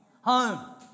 home